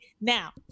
Now